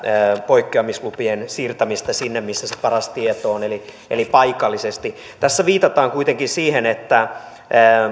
poikkeamislupien siirtämistä sinne missä se paras tieto on eli eli paikalliselle tasolle tässä viitataan kuitenkin siihen että